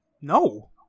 no